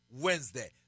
Wednesday